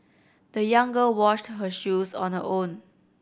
the young girl washed her shoes on her own